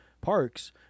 parks